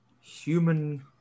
human